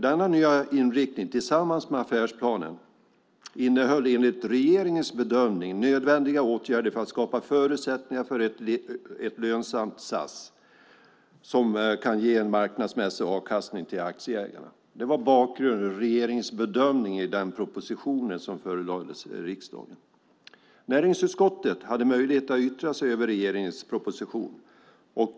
Denna nya inriktning tillsammans med affärsplanen innehöll enligt regeringens bedömning nödvändiga åtgärder för att skapa förutsättningar för ett lönsamt SAS som kan ge en marknadsmässig avkastning till aktieägarna. Det var bakgrunden och regeringens bedömning i den proposition som förelades riksdagen. Näringsutskottet hade möjlighet att yttra sig över regeringens proposition.